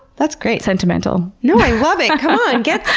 that's great. sentimental. no, i love it. come ah yeah